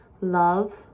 love